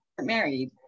Married